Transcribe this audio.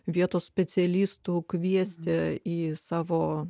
vietos specialistų kviesti į savo